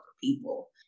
people